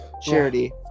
charity